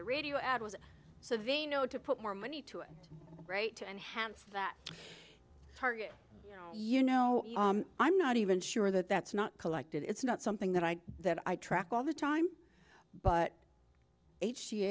the radio ad was so they know to put more money to it right to enhance that target you know i'm not even sure that that's not collected it's not something that i that i track all the time but